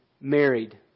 married